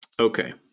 Okay